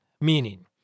meaning